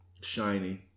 Shiny